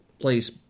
place